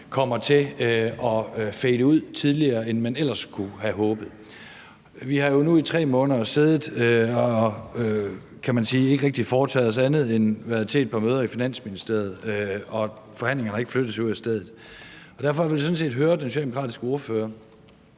kommer til at fade ud tidligere, end man ellers kunne have håbet. Vi har nu i 3 måneder siddet og, kan man sige, ikke rigtig foretaget os andet end at være til et par møder i Finansministeriet – og forhandlingerne har ikke flyttet sig ud af stedet. Derfor vil jeg sådan set høre den socialdemokratiske ordfører,